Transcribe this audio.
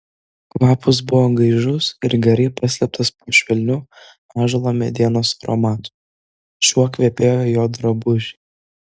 kvapas buvo gaižus ir gerai paslėptas po švelniu ąžuolo medienos aromatu šiuo kvepėjo jo drabužiai